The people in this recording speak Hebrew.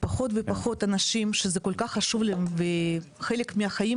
פחות ופחות אנשים שזה כל כך חשוב וחלק מהחיים